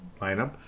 lineup